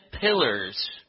pillars